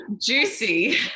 Juicy